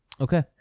okay